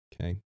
okay